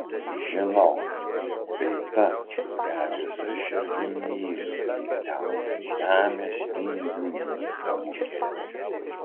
žinau tai ta kurią visa širdim myliu keliauja žemės vingių nykstamu keliu